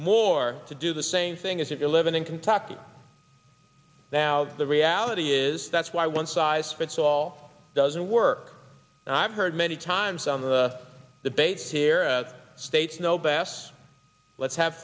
more to do the same thing as if you're living in kentucky now the reality is that's why one size fits all doesn't work and i've heard many times on the debate here states no bass let's have